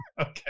Okay